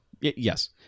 yes